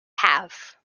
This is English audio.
have